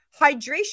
hydration